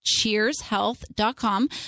cheershealth.com